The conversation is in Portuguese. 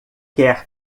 quer